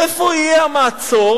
איפה יהיה המעצור?